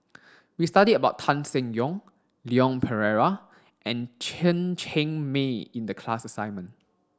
we studied about Tan Seng Yong Leon Perera and Chen Cheng Mei in the class assignment